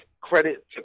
credit